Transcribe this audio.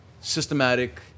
systematic